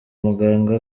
muganga